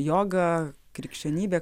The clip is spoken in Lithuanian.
joga krikščionybė